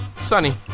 sunny